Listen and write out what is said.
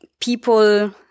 people